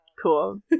cool